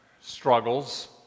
struggles